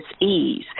ease